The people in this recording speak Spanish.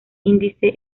índice